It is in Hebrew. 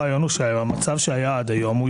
הרעיון הוא שהמצב שהיה עד היום,